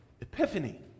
Epiphany